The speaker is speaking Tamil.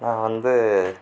நான் வந்து